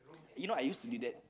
you know I used to do that